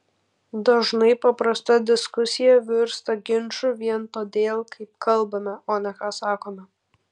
dažnai paprasta diskusija virsta ginču vien todėl kaip kalbame o ne ką sakome